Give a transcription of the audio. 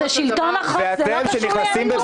זה שלטון חוק, זה לא קשור לימין או שמאל.